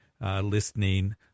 listening